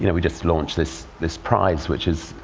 you know we just launched this this prize, which is